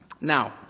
Now